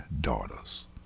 daughters